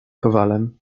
kowalem